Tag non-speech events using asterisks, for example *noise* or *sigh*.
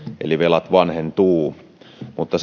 eli velat vanhentuvat mutta *unintelligible*